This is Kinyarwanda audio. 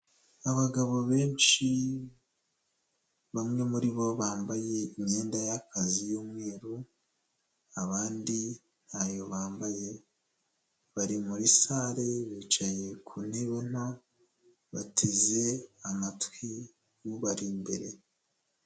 Abagabo benshi bamwe muri bo bambaye imyenda y'akazi y'umweru, abandi ntayo bambaye, bari muri sale, bicaye ku ntebe nto, bateze amatwi bariri imbere.